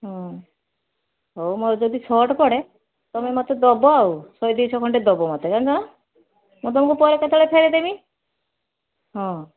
ହୁଁ ହଉ ମୋର ଯଦି ସଟ୍ ପଡ଼େ ତମେ ମୋତେ ଦେବ ଆଉ ଶହେ ଦୁଇଶହ ଖଣ୍ଡେ ଦେବ ମୋତେ ଜାଣିଛନା ମୁଁ ତମକୁ ପରେ କେତେବେଳେ ଫେରେଇ ଦେମି ହଁ